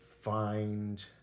find